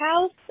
house